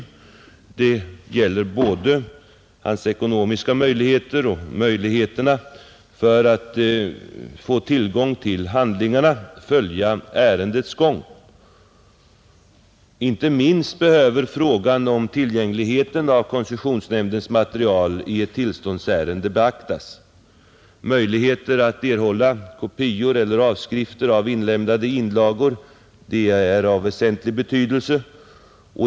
Det gäller både deras ekonomiska möjligheter och deras möjligheter att följa ärendets gång genom att få tillgång till handlingarna, Inte minst behöver frågan om tillgången till koncessionsnämndens material i ett tillståndsärende beaktas. Möjligheten att erhålla kopior eller avskrifter av inlämnade inlagor är av väsentlig betydelse.